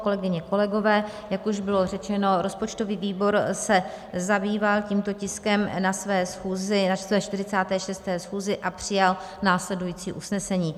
Kolegyně, kolegové, jak už bylo řečeno, rozpočtový výbor se zabýval tímto tiskem na své schůzi, na své 46. schůzi a přijal následující usnesení.